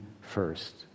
first